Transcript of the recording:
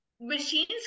machines